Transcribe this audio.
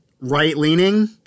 right-leaning